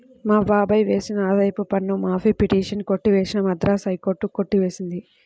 మా బాబాయ్ వేసిన ఆదాయపు పన్ను మాఫీ పిటిషన్ కొట్టివేసిన మద్రాస్ హైకోర్టు కొట్టి వేసింది